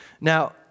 Now